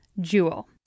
Jewel